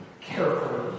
carefully